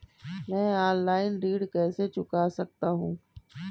मैं ऑफलाइन ऋण कैसे चुका सकता हूँ?